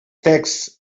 texts